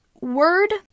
Word